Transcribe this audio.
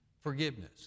Forgiveness